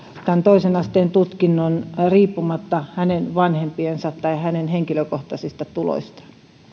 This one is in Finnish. toisen asteen tutkinnon riippumatta hänen vanhempiensa tuloista tai hänen henkilökohtaisista tuloistaan